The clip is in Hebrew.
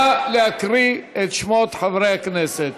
נא להקריא את שמות חברי הכנסת.